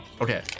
Okay